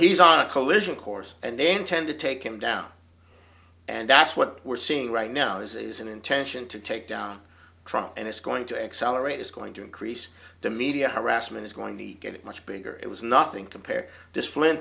he's on a collision course and they intend to take him down and that's what we're seeing right now this is an intention to take down trump and it's going to accelerate it's going to increase the media harassment is going to get much bigger it was nothing compared to splin